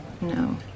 no